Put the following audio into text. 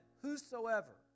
whosoever